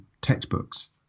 textbooks